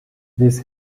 this